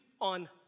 on